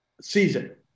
season